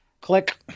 Click